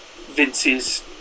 Vince's